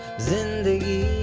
since the